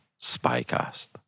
SpyCast